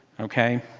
ok?